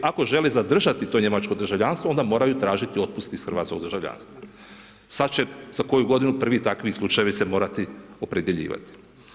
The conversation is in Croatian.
Ako žele zadržati to njemačko državljanstvo, onda moraju tražiti otpust iz hrvatskog državljanstva, sada će za koju godinu prvi takvi slučajevi se morati opredjeljivati.